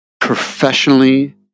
professionally